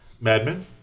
Madman